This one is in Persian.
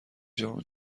جام